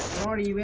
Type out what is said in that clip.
forty